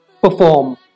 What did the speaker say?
perform